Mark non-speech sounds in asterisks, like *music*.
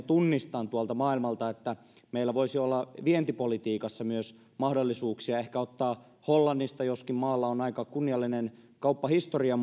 *unintelligible* tunnistan tuolta maailmalta että meillä voisi olla vientipolitiikassa myös mahdollisuuksia ehkä hieman kopioida hollannista esimerkkiä joskin maalla on aika kunniallinen kauppahistoria *unintelligible*